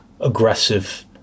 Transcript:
aggressive